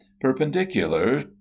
perpendicular